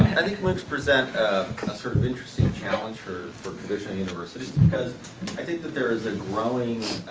i think moocs present a sort of interesting challenge for for traditionals universities, because i think that there is a growing